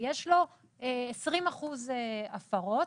ויש לו 20 אחוזים הפרות,